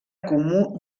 comú